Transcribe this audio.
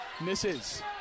misses